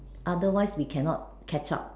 otherwise we cannot catch up